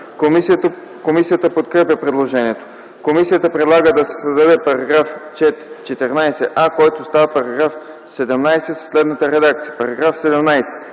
Комисията подкрепя предложението. Комисията предлага да се създаде § 14а, който става § 17, със следната редакция: